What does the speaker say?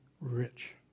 rich